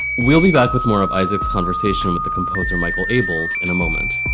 we'll be back with more of isaac's conversation with the composer michael abels, in a moment.